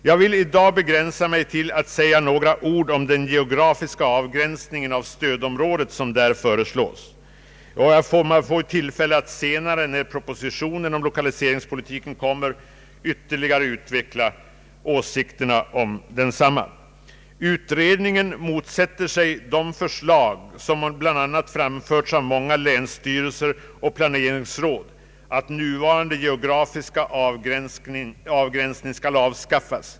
Jag vill i dag begränsa mig till att säga några ord om den geografiska avgränsningen av stödområdet som där föreslås, och jag får tillfälle att senare, när propositionen om lokaliseringspolitiken kommer, ytterligare utveckla åsikterna om densamma. Utredningen motsätter sig de förslag som bl.a. framförts av många länsstyrelser och planeringsråd att nuvarande geografiska avgränsning skall avskaffas.